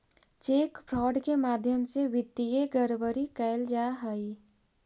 cheque fraud के माध्यम से वित्तीय गड़बड़ी कैल जा हइ